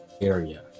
area